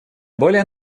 более